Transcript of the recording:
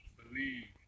believe